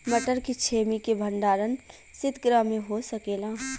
मटर के छेमी के भंडारन सितगृह में हो सकेला?